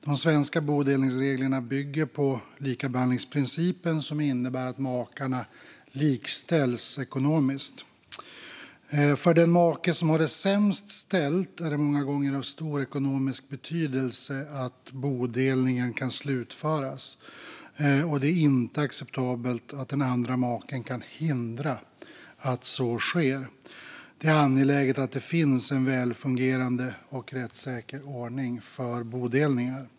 De svenska bodelningsreglerna bygger på likadelningsprincipen som innebär att makarna likställs ekonomiskt. För den make som har det sämst ställt är det många gånger av stor ekonomisk betydelse att bodelningen kan slutföras, och det är inte acceptabelt att den andra maken kan hindra att så sker. Det är angeläget att det finns en välfungerande och rättssäker ordning för bodelningar.